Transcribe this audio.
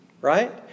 Right